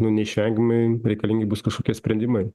nu neišvengiamai reikalingi bus kažkokie sprendimai